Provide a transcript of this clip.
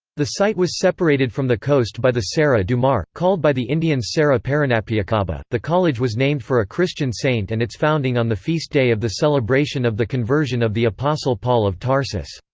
the site was separated from the coast by the serra do mar, called by the indians indians serra paranapiacaba the college was named for a christian saint and its founding on the feast day of the celebration of the conversion of the apostle paul of tarsus.